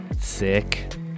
Sick